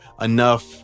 enough